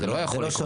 זה לא יכול לקרות.